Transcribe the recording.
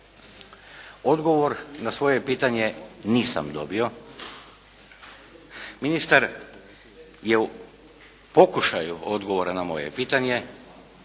Odgovor na svoje pitanje nisam dobio. Ministar je u pokušaju odgovora na moje pitanje